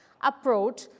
approach